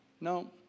no